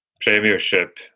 Premiership